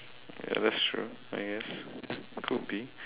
ya that's true I guess it could be